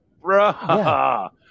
Bruh